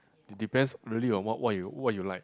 depends really on what what you what you like